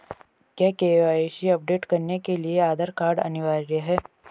क्या KYC update करने के लिए आधार कार्ड अनिवार्य है?